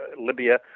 Libya